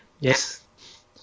Yes